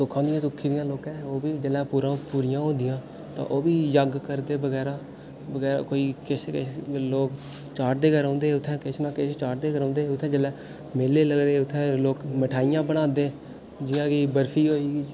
सुक्खनां होंदियां सुक्खी दियां लोकें ओह् बी पूरा पूरियां होंदियां तां ओह् बी जग्ग करदे बगैरा कोई किश किश लोक चाढ़दे गै रौंह्दे उत्थैं किश ना किश चाढ़दे गै रौंह्दे उत्थैं जिसलै मेले लगदे उत्थैं लोक मठाइयां बनांदे जि'यां कि बरफी होइयै